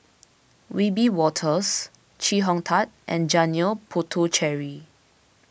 Wiebe Wolters Chee Hong Tat and Janil Puthucheary